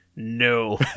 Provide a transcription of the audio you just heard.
No